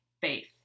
faith